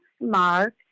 Mark